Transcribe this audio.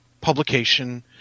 publication